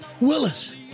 Willis